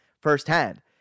firsthand